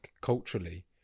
Culturally